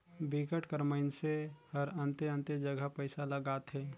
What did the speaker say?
बिकट कर मइनसे हरअन्ते अन्ते जगहा पइसा लगाथे